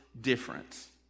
difference